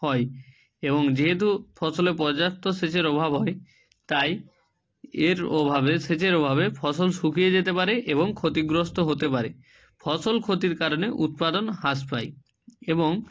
হয় এবং যেহেতু ফসলে পর্যাপ্ত সেচের অভাব হয় তাই এর অভাবে সেচের অভাবে ফসল শুকিয়ে যেতে পারে এবং ক্ষতিগ্রস্ত হতে পারে ফসল ক্ষতির কারণে উৎপাদন হ্রাস পায় এবং